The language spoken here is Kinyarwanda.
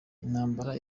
intambara